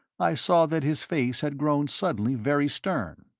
i saw that his face had grown suddenly very stern.